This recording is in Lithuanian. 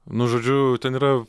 nu žodžiu ten yra